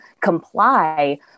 comply